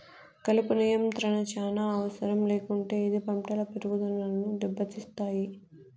కలుపు నియంత్రణ చానా అవసరం లేకుంటే ఇది పంటల పెరుగుదనను దెబ్బతీస్తాయి